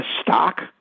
stock